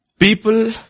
People